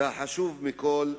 והחשוב מכול,